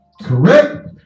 correct